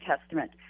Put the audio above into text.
Testament